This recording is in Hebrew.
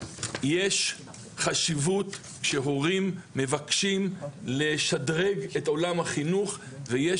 יש חשיבות שהורים מבקשים לשדרג את עולם החינוך ויש